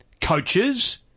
Coaches